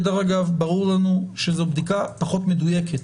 דרך אגב, ברור לנו שזו בדיקה פחות מדויקת.